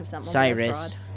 Cyrus